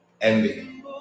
Envy